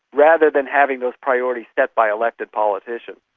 rather than having those priorities set by elected politicians.